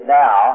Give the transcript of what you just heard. now